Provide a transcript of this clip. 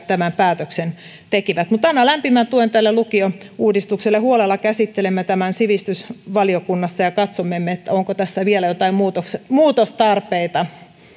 tämän päätöksen kehysriihessä tekivät annan lämpimän tuen tälle lukiouudistukselle huolella käsittelemme tämän sivistysvaliokunnassa ja katsomme onko tässä vielä jotain muutostarpeita